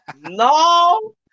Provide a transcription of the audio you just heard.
no